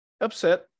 upset